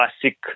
classic